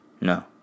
No